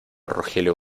rogelio